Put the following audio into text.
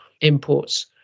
imports